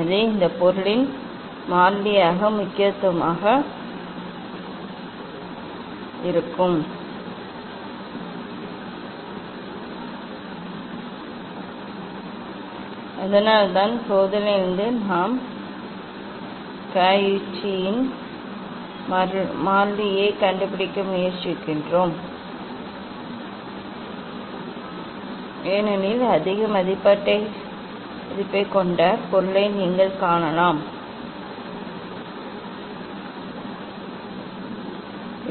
அது இந்த பொருளின் மாறிலியின் முக்கியத்துவமாக இருக்கும் அதனால்தான் சோதனையிலிருந்து நாம் க uch ச்சியின் மாறிலியைக் கண்டுபிடிக்க முயற்சிக்கிறோம் ஏனெனில் அதிக மதிப்பைக் கொண்ட பொருளை நீங்கள் காணலாம் பின்னர் அந்த ஊடகத்தின் சிதறல் சக்தி அதிகமாக இருக்கும்